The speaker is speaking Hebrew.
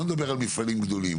אני לא מדבר על מפעלים גדולים.